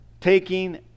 taking